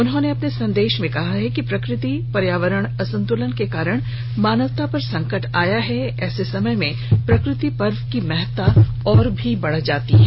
उन्होंने अपने संदेश में कहा है कि प्रकृति पर्यावरण असंतुलन के कारण मानवता पर संकट आया है ऐसे समय में प्रकृति पर्व की महत्ता बढ़ जाती है